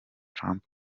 trump